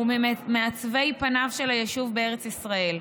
וממעצבי פניו של היישוב בארץ ישראל.